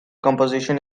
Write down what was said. composition